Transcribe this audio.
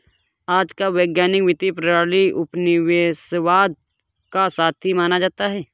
आज का वैश्विक वित्तीय प्रणाली उपनिवेशवाद का साथी माना जाता है